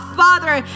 father